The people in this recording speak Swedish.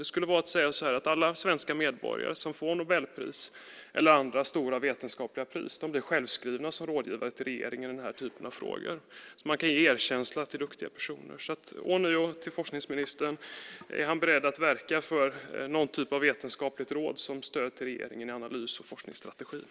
Det skulle kunna vara att säga att alla svenska medborgare som får Nobelpris eller andra stora vetenskapliga pris blir självskrivna som rådgivare till regeringen i den här typen av frågor. Man kan ge erkänsla till duktiga personer. Jag vill ånyo fråga forskningsministern om han är beredd att verka för någon typ av vetenskapligt råd som stöd till regeringen i analys och forskningsstrategier.